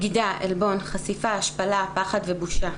בגידה, עלבון, חשיפה, השפלה, פחד ובושה.